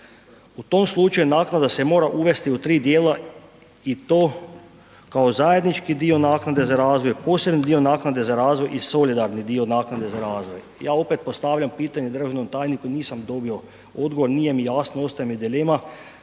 U tom slučaju naknade se mora uvesti u 3 djela i to kao zajednički dio naknade za razvoj, posebni dio naknade za razvoj i solidarni dio naknade za razvoj. Ja opet postavljam pitanje državnom tajniku, nisam dobio odgovor, nije mi jasno, ostaje mi dilema,